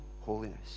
holiness